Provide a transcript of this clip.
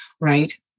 Right